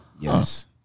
Yes